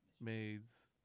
Maids